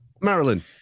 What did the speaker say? Marilyn